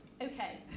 Okay